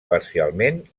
parcialment